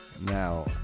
Now